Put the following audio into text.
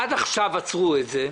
עד עכשיו עצרו את זה.